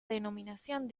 denominación